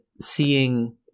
seeing